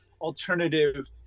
alternative